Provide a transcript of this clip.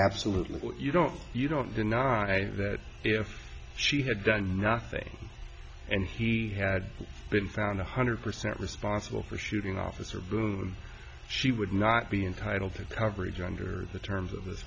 absolutely you don't you don't deny that if she had done nothing and he had been found one hundred percent responsible for shooting officers she would not be entitled to coverage under the terms of